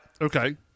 Okay